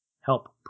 help